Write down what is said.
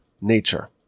nature